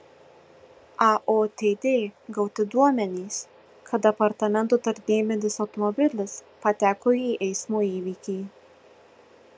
aotd gauti duomenys kad departamento tarnybinis automobilis pateko į eismo įvykį